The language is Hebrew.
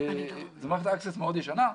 זאת מערכת אקסס מאוד ישנה.